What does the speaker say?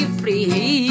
free